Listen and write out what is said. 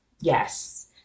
Yes